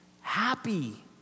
happy